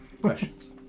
Questions